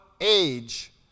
age